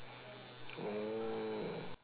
oh